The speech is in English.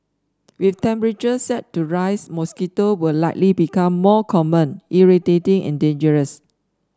with temperatures set to rise mosquito will likely become more common irritating and dangerous